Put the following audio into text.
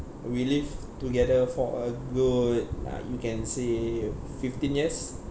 we live together for a good uh you can say fifteen years